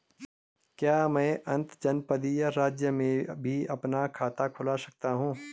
क्या मैं अंतर्जनपदीय राज्य में भी अपना खाता खुलवा सकता हूँ?